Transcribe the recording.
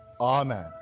amen